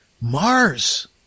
Mars